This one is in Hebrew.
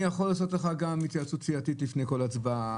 אני יכול לעשות גם התייעצות סיעתית לפני כל הצבעה,